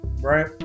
right